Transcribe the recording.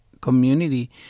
community